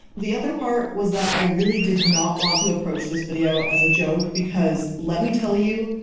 the other part was that i really did not want to approach this video as a joke because let me tell you,